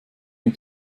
mit